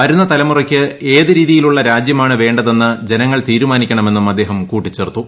വരുന്ന തലമുറയ്ക്ക് ഏത് രീതിയിലുള്ള രാജ്യമാണ് വേണ്ടതെന്ന് ജനങ്ങൾ തീരുമാനിക്കണമെന്നും അദ്ദേഹം കൂട്ടിച്ചേർത്തു